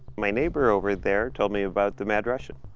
my neighbor over there told me about the mad russian.